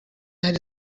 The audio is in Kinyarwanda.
hari